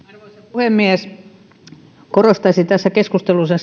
puhemies korostaisin tässä keskustelussa